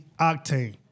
Octane